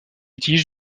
utilise